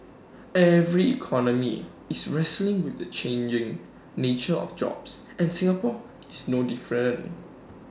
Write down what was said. every economy is wrestling with the changing nature of jobs and Singapore is no different